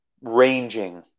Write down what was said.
ranging